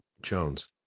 Jones